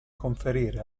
conferire